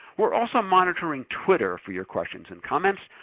we're also monitoring twitter for your questions and comments,